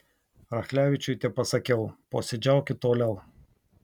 rachlevičiui tepasakiau posėdžiaukit toliau